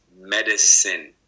medicine